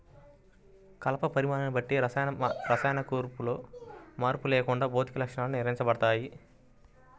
కలప పరిమాణాన్ని బట్టి రసాయన కూర్పులో మార్పు లేకుండా భౌతిక లక్షణాలు నిర్ణయించబడతాయి